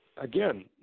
Again